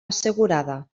assegurada